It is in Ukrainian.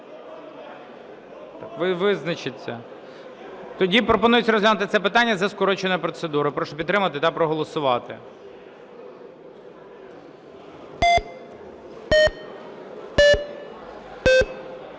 номер 2713-д). Пропонується розглянути це питання за скороченою процедурою. Прошу підтримати та проголосувати.